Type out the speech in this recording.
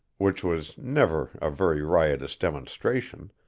which was never a very riotous demonstration,